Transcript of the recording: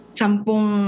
sampung